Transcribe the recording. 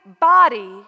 body